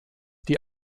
die